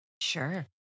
Sure